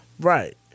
Right